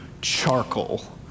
charcoal